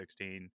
2016